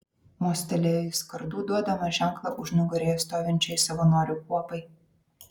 mostelėjo jis kardu duodamas ženklą užnugaryje stovinčiai savanorių kuopai